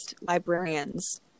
librarians